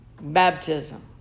baptism